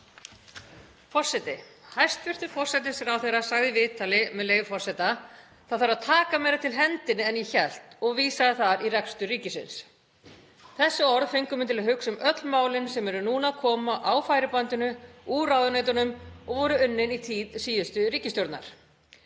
Forseti. Hæstv. forsætisráðherra sagði í viðtali, með leyfi forseta: „Það þarf að taka meira til hendinni en ég hélt“ og vísaði þar í rekstur ríkisins. Þessi orð fengu mig til að hugsa um öll málin sem eru núna að koma á færibandinu úr ráðuneytunum og voru unnin í tíð síðustu ríkisstjórnar.